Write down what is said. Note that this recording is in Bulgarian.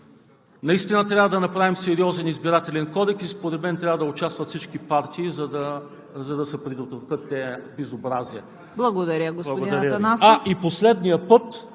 наистина трябва да направим сериозен Избирателен кодекс. Според мен трябва да участват всички партии, за да се предотвратят тези безобразия. Благодаря Ви.